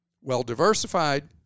well-diversified